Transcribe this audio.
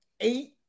eight